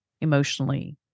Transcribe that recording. emotionally